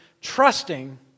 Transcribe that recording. trusting